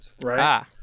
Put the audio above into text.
right